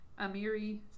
Amiri